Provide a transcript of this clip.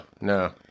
no